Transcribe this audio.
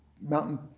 mountain